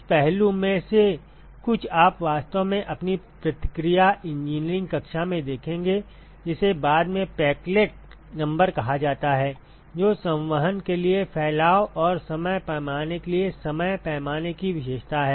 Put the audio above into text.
इस पहलू में से कुछ आप वास्तव में अपनी प्रतिक्रिया इंजीनियरिंग कक्षा में देखेंगे जिसे बाद में पेकलेट नंबर कहा जाता है जो संवहन के लिए फैलाव और समय पैमाने के लिए समय पैमाने की विशेषता है